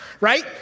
right